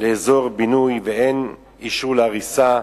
לאזור בינוי, ואין אישור להריסה.